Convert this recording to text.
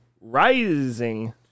rising